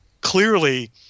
clearly